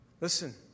Listen